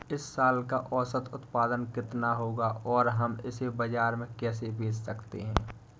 इस फसल का औसत उत्पादन कितना होगा और हम इसे बाजार में कैसे बेच सकते हैं?